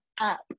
up